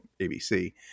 ABC